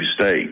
State